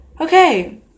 Okay